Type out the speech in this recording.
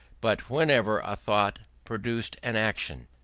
but whenever a thought produced an action.